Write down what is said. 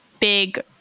big